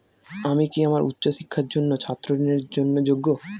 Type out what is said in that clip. আমি কি আমার উচ্চ শিক্ষার জন্য ছাত্র ঋণের জন্য যোগ্য?